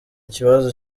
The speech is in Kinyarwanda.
ikibazo